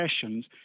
sessions